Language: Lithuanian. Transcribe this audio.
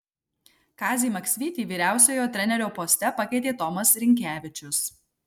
kazį maksvytį vyriausiojo trenerio poste pakeitė tomas rinkevičius